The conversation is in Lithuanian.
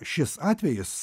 šis atvejis